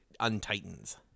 untightens